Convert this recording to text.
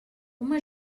uma